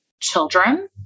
children